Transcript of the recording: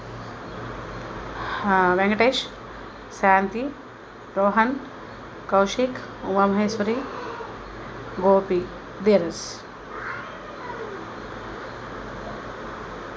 Venkatesh Shanti Rohan Kaushik Umamaheswari Gopi Dhiraj